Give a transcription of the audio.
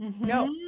no